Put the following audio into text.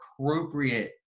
appropriate